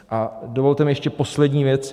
A dovolte mi ještě poslední věc.